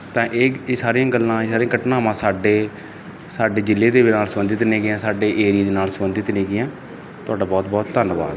ਤਾਂ ਇਹ ਇਹ ਸਾਰੀਆਂ ਗੱਲਾਂ ਇਹ ਸਾਰੀਆਂ ਘਟਨਾਵਾਂ ਸਾਡੇ ਸਾਡੇ ਜਿਲ੍ਹੇ ਦੇ ਨਾਲ ਸਬੰਧਿਤ ਨੇ ਗੀਆਂ ਸਾਡੇ ਏਰੀਏ ਦੇ ਨਾਲ ਸਬੰਧਿਤ ਨੇ ਗੀਆਂ ਤੁਹਾਡਾ ਬਹੁਤ ਬਹੁਤ ਧੰਨਵਾਦ